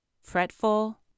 fretful